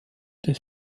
des